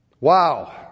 Wow